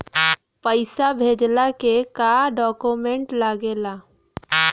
पैसा भेजला के का डॉक्यूमेंट लागेला?